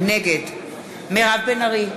נגד מירב בן ארי,